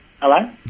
Hello